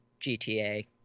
GTA